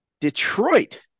Detroit